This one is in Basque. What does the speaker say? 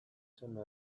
seme